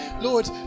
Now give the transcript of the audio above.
lord